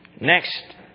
Next